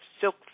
silk